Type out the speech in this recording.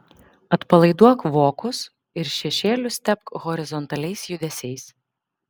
atpalaiduok vokus ir šešėlius tepk horizontaliais judesiais